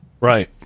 Right